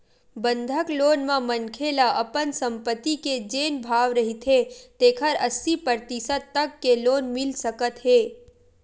बंधक लोन म मनखे ल अपन संपत्ति के जेन भाव रहिथे तेखर अस्सी परतिसत तक के लोन मिल सकत हे